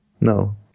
No